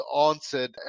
answered